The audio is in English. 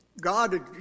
God